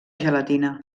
gelatina